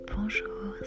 Bonjour